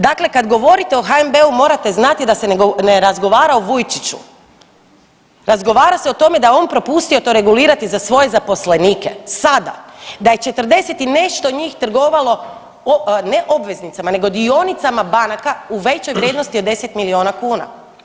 Dakle, kad govorite o HNB-u morate znati da se ne razgovara o Vujčiću, razgovara se o tome da je on propustio to regulirati za svoje zaposlenike, sada da je 40 i nešto njih trgovalo ne obveznicama, nego dionicama banaka u većoj vrijednosti od 10 miliona kuna.